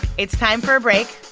it's time for a break.